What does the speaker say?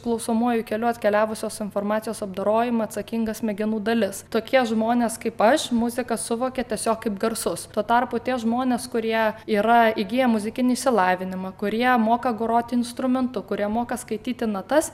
klausomuoju keliu atkeliavusios informacijos apdorojimą atsakinga smegenų dalis tokie žmonės kaip aš muziką suvokia tiesiog kaip garsus tuo tarpu tie žmonės kurie yra įgiję muzikinį išsilavinimą kurie moka groti instrumentu kurie moka skaityti natas